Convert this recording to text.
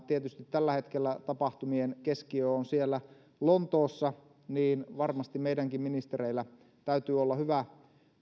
tietysti tällä hetkellä tapahtumien keskiö on siellä lontoossa niin varmasti meidänkin ministereillämme täytyy olla hyvä